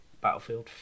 Battlefield